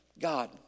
God